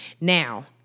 Now